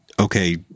okay